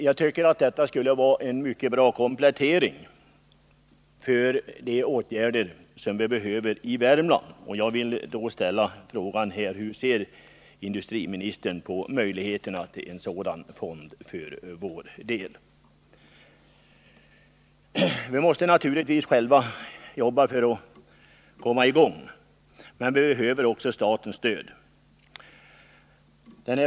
Jag tycker att detta skulle vara en mycket bra komplettering för de åtgärder vi behöver i Värmland. Jag vill då ställa frågan: Hur ser industriministern på möjligheterna till ett sådant bolag för vår del? Vi måste naturligtvis själva jobba för att komma i gång, men vi behöver också statens stöd.